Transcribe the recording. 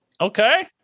Okay